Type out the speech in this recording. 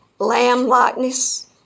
lamb-likeness